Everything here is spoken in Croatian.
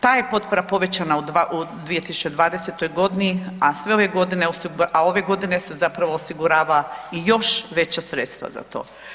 Ta je potpora povećana u 2020. godini, a sve ove godine, a ove godine se zapravo osigurava i još veća sredstva za to.